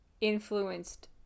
influenced